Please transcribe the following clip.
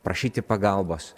prašyti pagalbos